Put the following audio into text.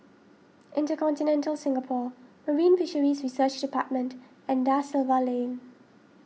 Intercontinental Singapore Marine Fisheries Research Department and Da Silva Lane